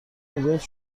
میگفت